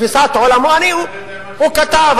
איך אתה יודע מהי תפיסת העולם שלו?